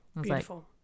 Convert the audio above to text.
Beautiful